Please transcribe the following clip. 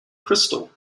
crystal